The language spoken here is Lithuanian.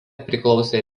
priklausė